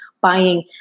buying